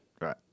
Right